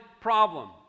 problem